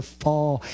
fall